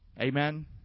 Amen